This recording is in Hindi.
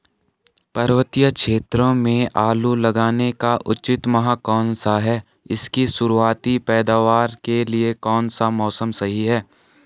पर्वतीय क्षेत्रों में आलू लगाने का उचित माह कौन सा है इसकी शुरुआती पैदावार के लिए कौन सा मौसम सही है?